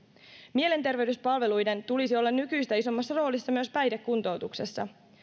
mielenterveyspalveluiden tulisi olla nykyistä isommassa roolissa myös päihdekuntoutuksessa